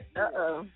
Uh-oh